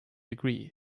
agree